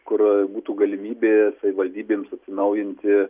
kur būtų galimybė savivaldybėms atsinaujinti